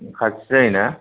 खाथि जायोना